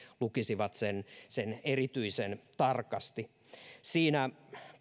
lukisivat sen sen erityisen tarkasti siinä